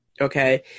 okay